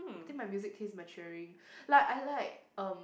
I think my music taste maturing like I like um